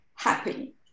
happy